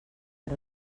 per